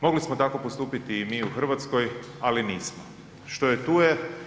Mogli smo tako postupiti i mi u Hrvatskoj, ali nismo, što je tu je.